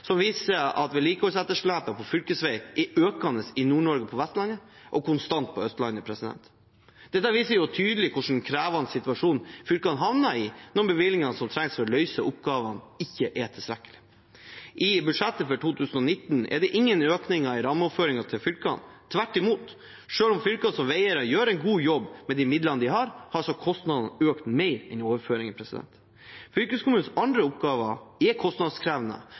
som viser at vedlikeholdsetterslepet på fylkesveiene er økende i Nord-Norge og på Vestlandet, og konstant på Østlandet. Dette viser tydelig hvilken krevende situasjon fylkene havner i når bevilgningene som trengs for å løse oppgavene, ikke er tilstrekkelig. I budsjettet for 2019 er det ingen økning i rammeoverføringene til fylkene, tvert imot. Selv om fylkene som veieiere gjør en god jobb med midlene de har, har kostnadene økt mer enn overføringene. Fylkeskommunens andre oppgaver er kostnadskrevende,